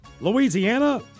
Louisiana